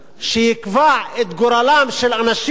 שיקבע את גורלם של אנשים